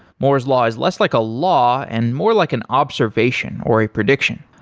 moore's law is less like a law and more like an observation, or a prediction.